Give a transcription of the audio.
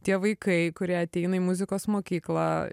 tie vaikai kurie ateina į muzikos mokyklą